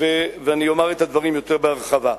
ואני אומר את הדברים יותר בהרחבה: